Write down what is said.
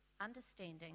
understanding